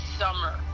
summer